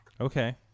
Okay